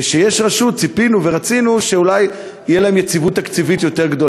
וכשיש רשות ציפינו ורצינו שאולי תהיה להם יציבות תקציבית רבה יותר.